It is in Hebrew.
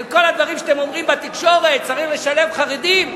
כל הדברים שאתם אומרים בתקשורת, שצריך לשלב חרדים,